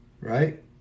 Right